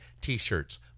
t-shirts